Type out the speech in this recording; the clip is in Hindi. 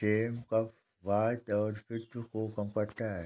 सेम कफ, वात और पित्त को कम करता है